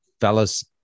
fellas